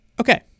Okay